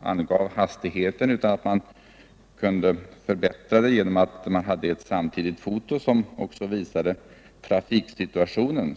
angav hastighet utan kunde kompletteras med ett foto, som också visade trafiksituationen.